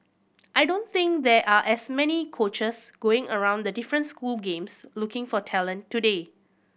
I don't think there are as many coaches going around the different school games looking for talent today